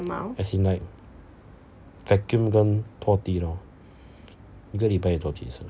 as in like vacuum 跟拖地 lor 一个礼拜你做几次